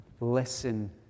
listen